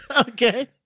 Okay